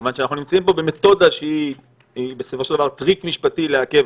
כיוון שאנחנו נמצאים פה במתודה שהיא בסופו של דבר טריק משפטי לעכב,